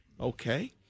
Okay